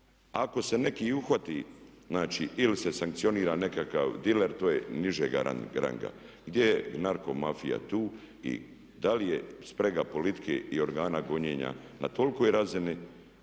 Ako se neki i uhvati, znači ili se sankcionira nekakav diler to je nižeg ranga. Gdje je narko mafija tu? I da li je sprega politike i organa gonjenja na tolikoj razini